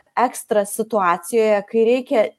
ekstra situacijoje kai reikia